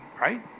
Right